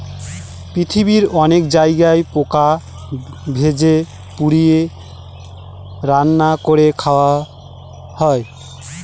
পৃথিবীর অনেক জায়গায় পোকা ভেজে, পুড়িয়ে, রান্না করে খাওয়া হয়